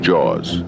Jaws